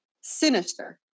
Sinister